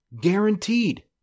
Guaranteed